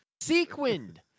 sequined